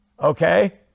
Okay